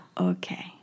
okay